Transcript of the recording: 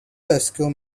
rescue